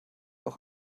auch